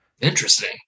Interesting